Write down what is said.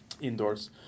indoors